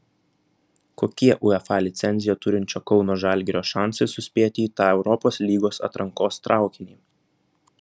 kokie uefa licenciją turinčio kauno žalgirio šansai suspėti į tą europos lygos atrankos traukinį